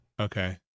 Okay